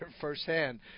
firsthand